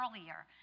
earlier